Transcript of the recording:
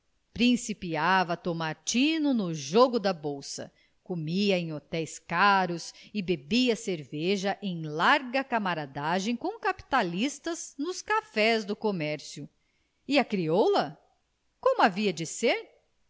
principiava a tomar tino no jogo da bolsa comia em hotéis caros e bebia cerveja em larga camaradagem com capitalistas nos cafés do comércio e a crioula como havia de ser